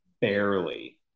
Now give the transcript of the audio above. barely